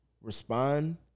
respond